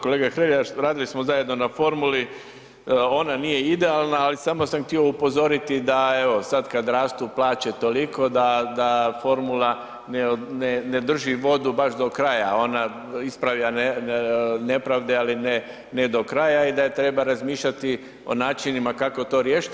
Kolega Hrelja, radili smo zajedno na formuli, ona nije idealna ali samo sam htio upozoriti da evo sad kad rastu plaće toliko da formula ne drži vodu baš do kraja, ona ispravlja nepravde, ali ne do kraja i da treba razmišljati o načinima kako to riješiti.